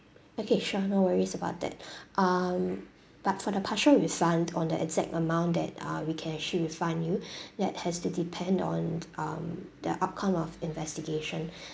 okay sure no worries about that um but for the partial refund on the exact amount that uh we can actually refund you that has to depend on um the outcome of investigation